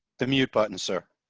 the mute button, sir.